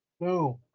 boom